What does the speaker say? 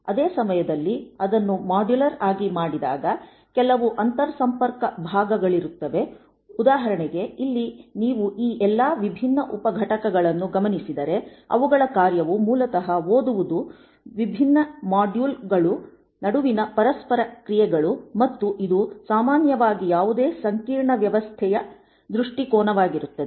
ಅದೇ ಸಮಯದಲ್ಲಿ ಅದನ್ನು ಮಾಡ್ಯುಲರ್ ಆಗಿ ಮಾಡಿದಾಗ ಕೆಲವು ಅಂತರ್ಸಂಪರ್ಕ ಭಾಗಗಳಿರುತ್ತವೆ ಉದಾಹರಣೆಗೆ ಇಲ್ಲಿ ನೀವು ಈ ಎಲ್ಲಾ ವಿಭಿನ್ನ ಉಪಘಟಕಗಳನ್ನು ಗಮನಿಸಿದರೆ ಅವುಗಳ ಕಾರ್ಯವು ಮೂಲತಃ ಓದುವುದು ವಿಭಿನ್ನ ಮಾಡ್ಯುಲ್ಗಳು ನಡುವಿನ ಪರಸ್ಪರ ಕ್ರಿಯೆಗಳು ಮತ್ತು ಇದು ಸಾಮಾನ್ಯವಾಗಿ ಯಾವುದೇ ಸಂಕೀರ್ಣ ವ್ಯವಸ್ಥೆಯ ದೃಷ್ಟಿಕೋನವಾಗಿರುತ್ತದೆ